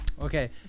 Okay